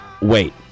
wait